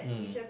mm